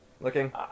looking